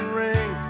ring